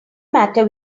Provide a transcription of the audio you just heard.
matter